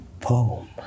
poem